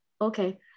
Okay